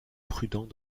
prudents